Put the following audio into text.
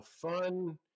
fun